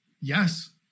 Yes